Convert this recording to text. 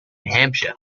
hampshire